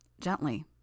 Gently